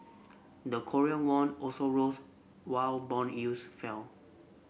the Korean won also rose while bond yields fell